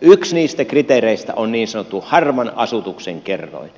yksi niistä kriteereistä on niin sanottu harvan asutuksen kerroin